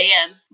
hands